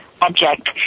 object